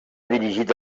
dirigit